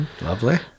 lovely